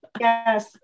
Yes